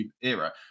era